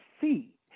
see